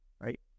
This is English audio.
right